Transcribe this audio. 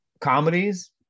Comedies